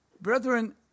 Brethren